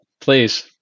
please